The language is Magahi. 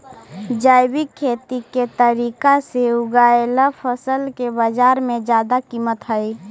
जैविक खेती के तरीका से उगाएल फसल के बाजार में जादा कीमत हई